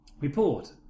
report